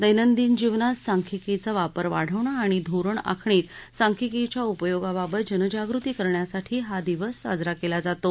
दर्मादिन जीवनात सांख्यिकीचा वापर वाढवणे आणि धोरण आखणीत सांख्यिकीच्या उपयोगाबाबत जनजागृती करण्यासाठी हा दिवस साजरा केला जातो